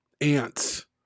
ants